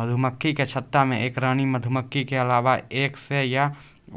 मधुमक्खी के छत्ता मे एक रानी मधुमक्खी के अलावा एक सै या